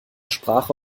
sprache